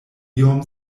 iom